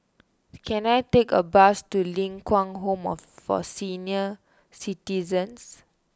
can I take a bus to Ling Kwang Home for Senior Citizens